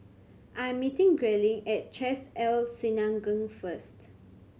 I am meeting Grayling at Chesed El Synagogue first